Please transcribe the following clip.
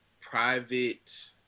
private